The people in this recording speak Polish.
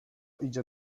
idzie